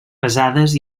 pesades